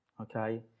Okay